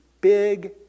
big